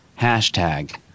hashtag